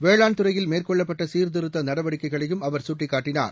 வேளாண் துறையில் மேற்கொள்ளப்பட்டசீர்திருத்தநடவடிக்கைகளையும் அவர் சுட்டிக்காட்டினார்